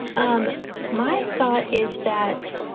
um my thought is that,